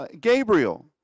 Gabriel